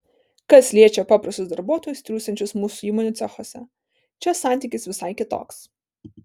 kas liečia paprastus darbuotojus triūsiančius mūsų įmonių cechuose čia santykis visai kitoks